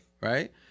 right